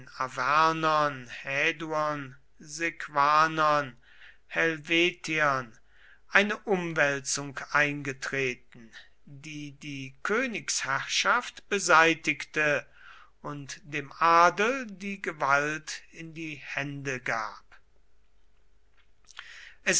sequanern helvetiern eine umwälzung eingetreten die die königsherrschaft beseitigte und dem adel die gewalt in die hände gab